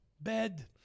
bed